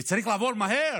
זה צריך לעבור מהר,